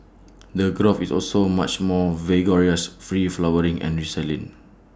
the growth is also much more vigorous free flowering and resilient